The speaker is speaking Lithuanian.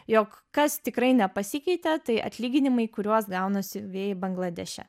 jog kas tikrai nepasikeitė tai atlyginimai kuriuos gauna siuvėjai bangladeše